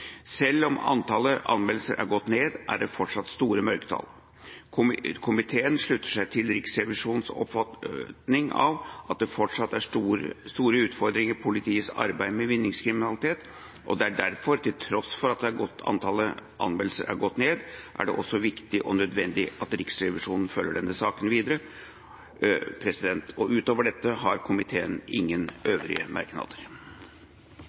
fortsatt store mørketall. Komiteen slutter seg til Riksrevisjonens oppfatning av at det fortsatt er store utfordringer i politiets arbeid med vinningskriminalitet. Det er derfor, til tross for at antallet anmeldelser har gått ned, også viktig og nødvendig at Riksrevisjonen følger denne saken videre. Utover dette har komiteen ingen øvrige merknader.